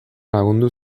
lagundu